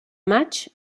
maig